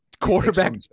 quarterback